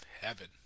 heaven